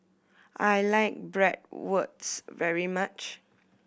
I like Bratwurst very much